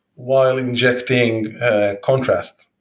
while injecting a contrast.